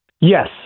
Yes